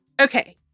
Okay